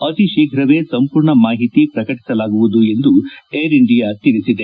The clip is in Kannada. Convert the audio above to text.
ಅತಿ ಶೀಫ್ರವೇ ಸಂಪೂರ್ಣ ಮಾಹಿತಿ ಪ್ರಕಟಿಸಲಾಗುವುದು ಎಂದು ಏರ್ ಇಂಡಿಯಾ ತಿಳಿಸಿದೆ